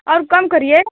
और कम करिए